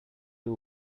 two